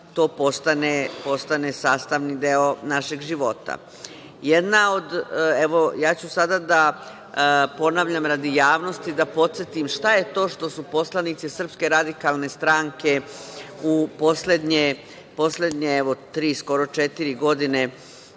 to postane sastavni deo našeg života. Ja ću sada da ponavljam radi javnosti, da podsetim šta je to što su poslanici SRS u poslednje tri, skoro četiri godine,